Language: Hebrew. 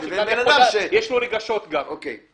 עכשיו יש לו אחת משתי